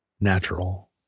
natural